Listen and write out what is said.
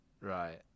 Right